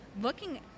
looking